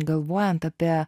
galvojant apie